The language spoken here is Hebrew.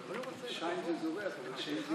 שַׁיין זה זורח, אבל שֵׁיין זה